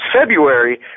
February